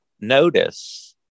notice